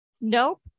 Nope